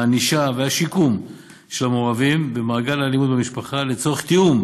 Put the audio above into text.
הענישה והשיקום של המעורבים במעגל האלימות במשפחה לצורך תיאום